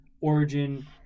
origin